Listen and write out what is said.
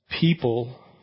people